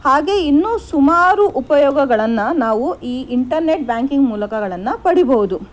ಹಾಗೆ ಇನ್ನೂ ಸುಮಾರು ಉಪಯೋಗಗಳನ್ನು ನಾವು ಈ ಇಂಟರ್ನೆಟ್ ಬ್ಯಾಂಕಿಂಗ್ ಮೂಲಕಗಳನ್ನು ಪಡಿಬಹುದು